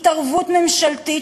התערבות ממשלתית